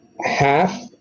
half